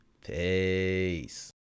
Peace